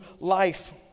life